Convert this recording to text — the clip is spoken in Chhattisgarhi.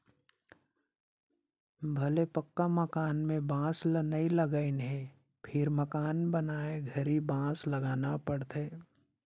भले पक्का मकान में बांस ल नई लगईंन हे फिर मकान बनाए घरी बांस लगाना पड़थे